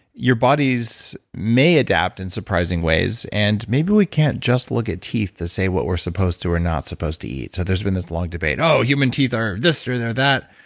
your bodies may adapt in surprising ways and maybe we can't just look at teeth to say what we're supposed to or not supposed to eat, so there's been this long debate, oh, human teeth are this or they're that.